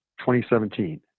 2017